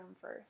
first